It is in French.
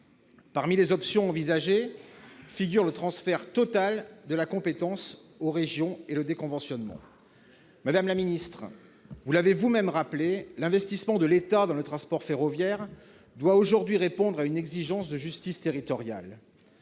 Parmi les options envisagées figurent le transfert total de la compétence aux régions et le déconventionnement. Madame la ministre, vous l'avez vous-même rappelé, l'investissement de l'État dans le transport ferroviaire doit aujourd'hui répondre à une exigence de justice territoriale.